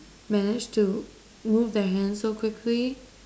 manage to move their hands so quickly